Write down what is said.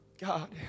God